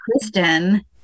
Kristen